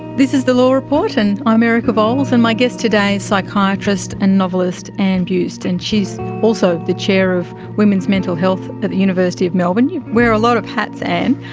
this is the law report and um i'm erica vowles, and my guest today is psychiatrist and novelist anne buist, and she is also the chair of women's mental health at the university of melbourne. you wear a lot of hats, anne.